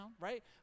right